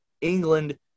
England